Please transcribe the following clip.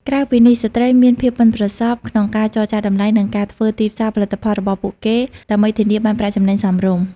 ក្រៅពីនេះ ស្ត្រីមានភាពប៉ិនប្រសប់ក្នុងការចរចាតម្លៃ និងការធ្វើទីផ្សារផលិតផលរបស់ពួកគេ ដើម្បីធានាបានប្រាក់ចំណេញសមរម្យ។